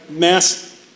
Mass